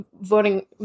voting